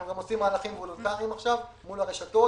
אנחנו גם עושים עכשיו מהלכים וולונטריים מול הרשתות.